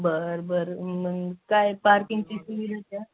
बरं बरं मग काय पार्किंगची सुविधा त्यात